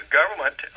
government